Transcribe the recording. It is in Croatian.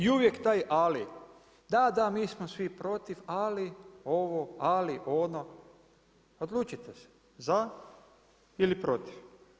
I uvijek taj ali, da, da mi smo svi protiv, ali ovo, ali ono, odlučite se za ili protiv.